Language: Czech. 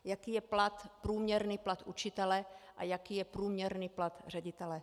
Jaký je průměrný plat učitele a jaký je průměrný plat ředitele.